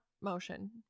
motion